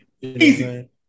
easy